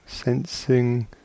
Sensing